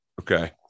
Okay